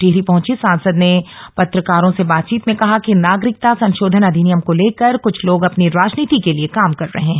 टिहरी पहुंची सांसद ने पत्रकारों से बातचीत में कहा कि नागरिकता संशोधन अधिनियम को लेकर कृछ लोग अपनी राजनीति के लिए काम कर रहे हैं